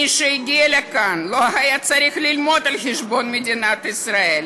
מי שהגיע לכאן לא היה צריך ללמוד על חשבון מדינת ישראל.